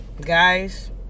Guys